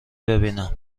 ببینم